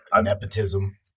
Nepotism